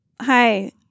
Hi